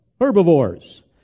herbivores